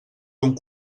ton